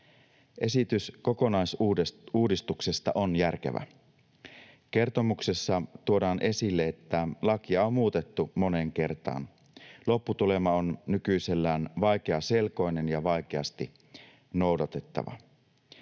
Esitys kokonaisuudistuksesta on järkevä. Kertomuksessa tuodaan esille, että lakia on muutettu moneen kertaan. Lopputulema on nykyisellään vaikeaselkoinen ja vaikeasti noudatettava.